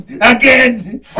Again